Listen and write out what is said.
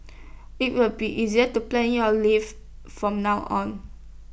IT will be easier to plan your leave from now on